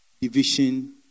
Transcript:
division